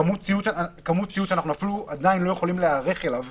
כמות ציוד שאנחנו אפילו לא יכולים להיערך אליה בכלל,